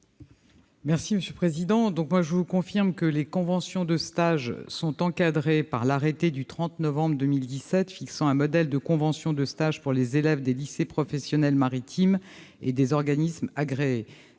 monsieur le sénateur, que les conventions de stage sont encadrées par l'arrêté du 30 novembre 2017 fixant un modèle de convention de stage pour les élèves des lycées professionnels maritimes et des organismes agréés.